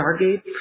Stargate